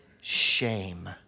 shame